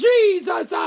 Jesus